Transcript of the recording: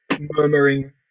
murmuring